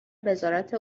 وزارت